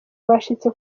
bashitse